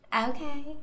Okay